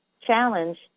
challenge